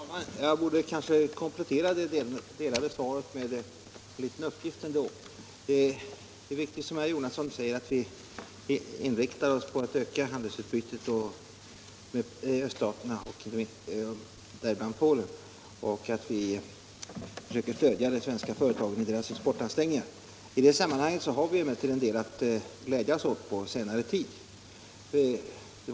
Herr talman! Jag borde kanske komplettera det lämnade svaret med några uppgifter. ; Det är viktigt, som herr Jonasson säger, att vi inriktar oss på att öka utbytet med öststaterna, däribland Polen, och försöker stödja de svenska företagen i deras exportansträngningar. Under senare tid har vid emellertid fått en del att glädjas åt i det sammanhanget.